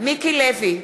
מיקי לוי,